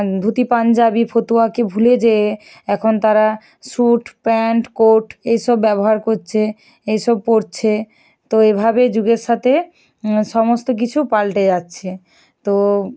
ধুতি পাঞ্জাবি ফতুয়াকে ভুলে যেয়ে এখন তারা স্যুট প্যান্ট কোট এইসব ব্যবহার করছে এইসব পরছে তো এভাবেই যুগের সাথে সমস্ত কিছু পাল্টে যাচ্ছে তো